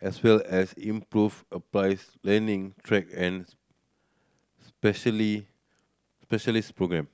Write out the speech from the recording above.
as well as improve applies learning track and specialist programme